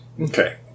Okay